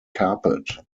carpet